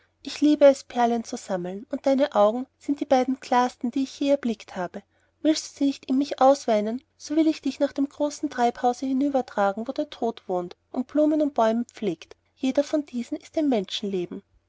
ich liebe es perlen zu sammeln und deine augen sind die beiden klarsten die ich je erblickt habe willst du sie in mich ausweinen so will ich dich nach dem großen treibhause hinüber tragen wo der tod wohnt und blumen und bäume pflegt jeder von diesen ist ein menschenleben